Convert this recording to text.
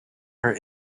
her